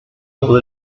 todo